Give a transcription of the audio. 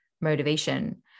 motivation